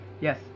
Yes